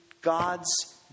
God's